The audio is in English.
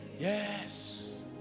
yes